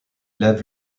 lèvent